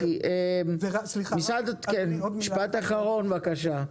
משפט אחרון, בבקשה.